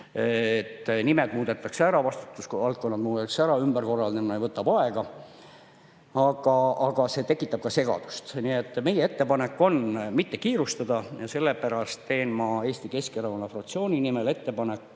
Nimed muudetakse ära, vastutusvaldkonnad muudetakse ära, ümberkorraldamine võtab aega. Aga see tekitab ka segadust. Nii et meie ettepanek on mitte kiirustada. Sellepärast teen ma Eesti Keskerakonna fraktsiooni nimel ettepaneku